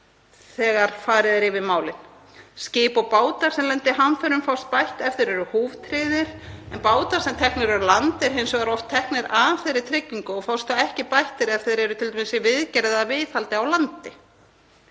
þegar farið er yfir málin. Skip og bátar sem lenda í hamförum fást bættir ef þeir eru húftryggðir, en bátar sem teknir eru á land eru hins vegar oft teknir af þeirri tryggingu og fást þá ekki bættir ef þeir eru t.d. í viðgerð eða viðhaldi á landi.